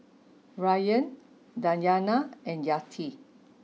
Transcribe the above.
Ryan Dayana and Yati